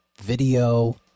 video